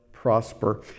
Prosper